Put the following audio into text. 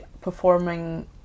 performing